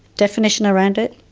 definition around it,